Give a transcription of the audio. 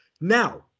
Now